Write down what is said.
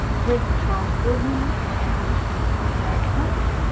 brit charles wergman began publishing japan punch,